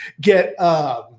Get